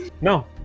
No